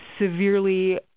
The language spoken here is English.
severely